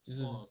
就是